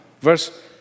Verse